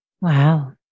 Wow